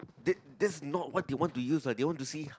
that that's not what they want to use lah they want to see